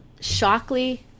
Shockley